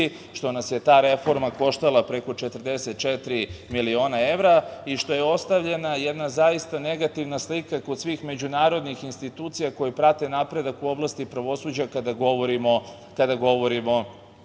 što nas je ta reforma koštala preko 44 miliona evra i što je ostavljena jedna zaista negativna slika kod svih međunarodnih institucija koje prate napredak u oblasti pravosuđa, kada govorimo